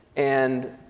and